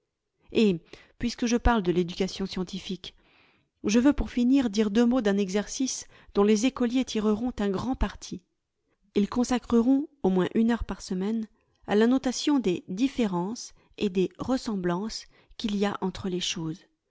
et puisque je parle de l'éducation scientifique je veuxj pour finir dire deux mots d'un exercice dont les écoliers tireront un grand parti ils consacreront au moins une heure par semaine à la notation des différences et des ressemblances qu'il y a entre les choses